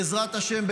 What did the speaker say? בעזרת השם,